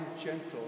gentle